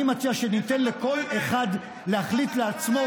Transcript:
אני מציע שניתן לכל אחד להחליט בעצמו,